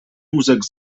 wózek